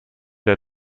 der